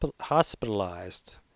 hospitalized